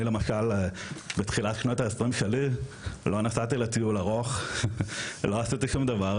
אני למשל בתחילת שנות ה-20 שלי לא נסעתי לטיול ארוך ולא עשיתי שום דבר.